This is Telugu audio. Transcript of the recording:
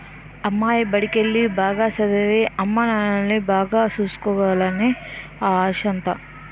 అమ్మాయి బడికెల్లి, బాగా సదవి, అమ్మానాన్నల్ని బాగా సూసుకోవాలనే నా ఆశంతా